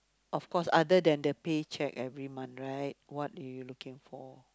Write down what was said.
of course other than the paycheck every month right what are you looking for